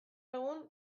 egun